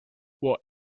what